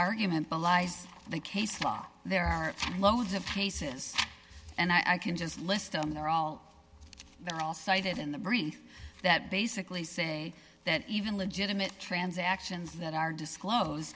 argument belies the case law there are loads of cases and i can just list them they're all they're all cited in the brief that basically say that even legitimate transactions that are disclosed